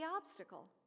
obstacle